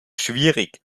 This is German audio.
schwierig